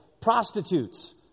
prostitutes